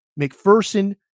McPherson